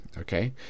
Okay